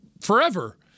forever